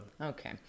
Okay